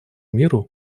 миру